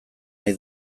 nahi